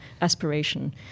aspiration